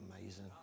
amazing